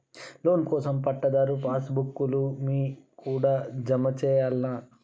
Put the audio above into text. Loan కోసం పట్టాదారు passbook లు మీ కాడా జమ చేయల్నా?